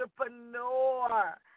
Entrepreneur